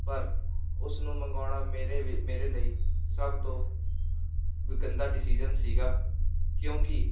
ਪਰ ਉਸਨੂੰ ਮੰਗਵਾਉਣਾ ਮੇਰੇ ਵੀ ਮੇਰੇ ਲਈ ਸਭ ਤੋਂ ਗੰਦਾ ਡਸੀਜ਼ਨ ਸੀਗਾ ਕਿਉਂਕਿ